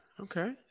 Okay